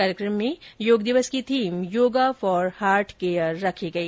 कार्यक्रम में योग दिवस की theme yoga for heart care रखी गई